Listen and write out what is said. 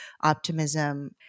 optimism